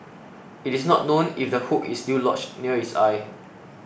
it is not known if the hook is still lodged near its eye